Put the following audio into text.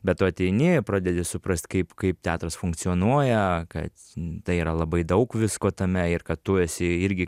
bet tu ateini pradedi suprast kaip kaip teatras funkcionuoja kad tai yra labai daug visko tame ir kad tu esi irgi